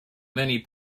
many